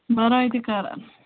برٲے تہِ کَران